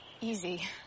easy